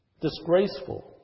disgraceful